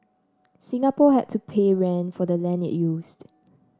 Singapore had to pay rent for the land it used